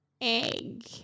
egg